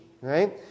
right